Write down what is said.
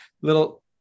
little